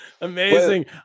Amazing